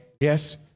yes